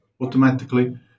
automatically